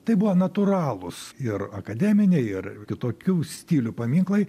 tai buvo natūralūs ir akademiniai ir kitokių stilių paminklai